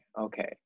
okay